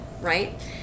right